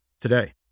today